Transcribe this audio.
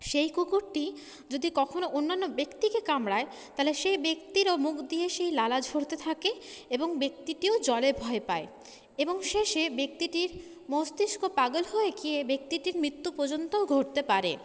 সেই কুকুরটি যদি কখনও অন্যান্য ব্যক্তিকে কামড়ায় তাহলে সেই ব্যক্তিরও মুখ দিয়ে সেই লালা ঝড়তে থাকে এবং ব্যক্তিটিও জলে ভয় পায় এবং শেষে ব্যক্তিটির মস্তিস্ক পাগল হয়ে গিয়ে ব্যক্তিটির মৃত্যু পর্যন্তও ঘটতে পারে